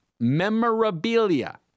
memorabilia